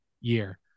year